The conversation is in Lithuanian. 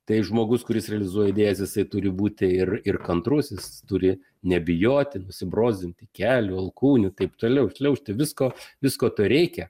tai žmogus kuris realizuoja idėjas jisai turi būti ir ir kantrusis jis turi nebijoti nusibrozdinti kelių alkūnių taip toliau šliaužti visko visko to reikia